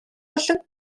буланг